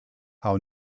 how